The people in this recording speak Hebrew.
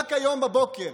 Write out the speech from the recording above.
רק היום בבוקר